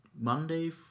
Monday